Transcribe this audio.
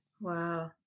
Wow